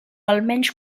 almenys